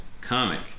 comic